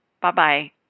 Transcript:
Bye-bye